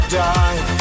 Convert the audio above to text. die